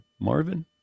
Marvin